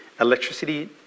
electricity